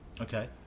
Okay